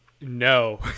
no